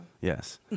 yes